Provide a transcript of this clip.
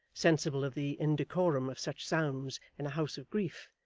sensible of the indecorum of such sounds in a house of grief,